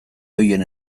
horien